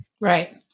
Right